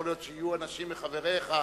יכול להיות שיהיו אנשים מחבריך,